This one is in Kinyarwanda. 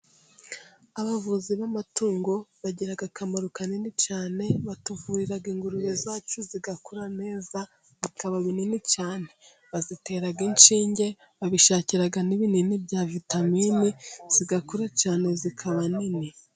Abavuzi b'amatungo bagira akamaro kanini cyane batuvurira ingurube zacu zigakura neza, bikaba binini cyane, bazitera inshinge ,babishakira n'ibinini bya vitamini zigakura cyane zikaba nini.